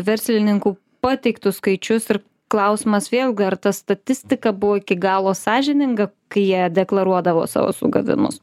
verslininkų pateiktus skaičius ir klausimas vėl ar ta statistika buvo iki galo sąžininga kai jie deklaruodavo savo sugavimus